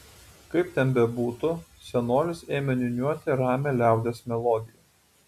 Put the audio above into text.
kaip ten bebūtų senolis ėmė niūniuoti ramią liaudies melodiją